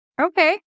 Okay